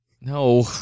No